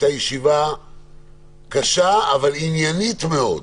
שהייתה ישיבה קשה אבל עניינית מאוד,